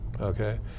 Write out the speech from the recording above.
okay